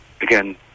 again